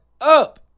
up